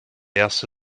erste